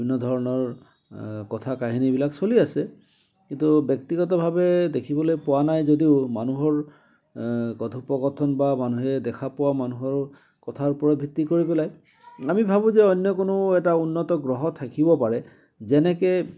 বিভিন্ন ধৰণৰ কথা কাহিনীবিলাক চলি আছে কিন্তু ব্যক্তিগতভাৱে দেখিবলৈ পোৱা নাই যদিও মানুহৰ কথোপকথন বা মানুহে দেখা পোৱা মানুহৰ কথাৰ ওপৰত ভিত্তি কৰি পেলাই আমি ভাবো যে অন্য কোনো এটা উন্নত গ্ৰহ থাকিব পাৰে যেনেকে